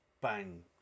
bang